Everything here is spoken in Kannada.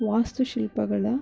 ವಾಸ್ತುಶಿಲ್ಪಗಳ